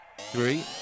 Three